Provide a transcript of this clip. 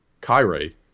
Kyrie